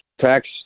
tax